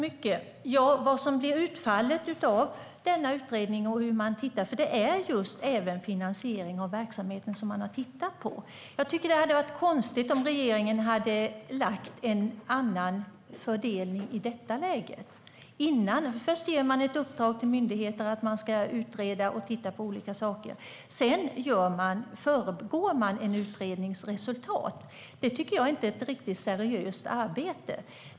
Herr talman! Det är finansiering av verksamheten som utredningen har tittat på, och jag tycker att det hade varit konstigt om regeringen hade lagt fram en annan fördelning i detta läge. Det skulle innebära att man först gett ett uppdrag till myndigheter att utreda och titta på olika saker och sedan föregår utredningens resultat. Det tycker inte jag är ett riktigt seriöst arbete.